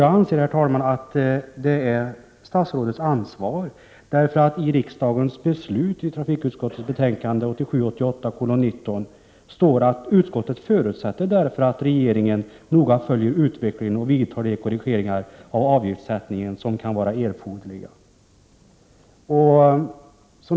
Jag anser, herr talman, att detta är statsrådets ansvar, för i riksdagens beslut på grundval av trafikutskottets betänkande 1987/88:19 står att utskottet förutsätter att regeringen noga följer utvecklingen och vidtar de korrigeringar av avgiftssättningen som kan vara erforderliga.